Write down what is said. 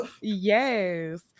Yes